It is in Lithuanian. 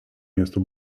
miesto